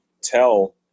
tell